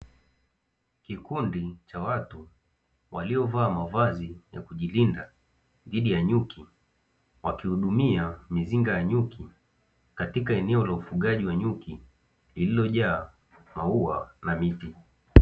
Kikundi cha watu waliyovaa mavazi ya kujilinda dhidi ya nyuki wakihudumia mizinga ya nyuki katika eneo la ufugaji wa nyuki lililojaa maua na miti.